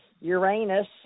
Uranus